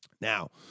Now